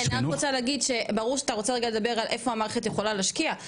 ברור שאתה רוצה רגע לדבר על איפה המערכת יכולה להשקיע,